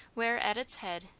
where, at its head,